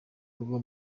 rwo